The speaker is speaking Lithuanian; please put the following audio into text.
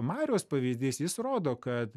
mariaus pavyzdys jis rodo kad